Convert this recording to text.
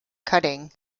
cutting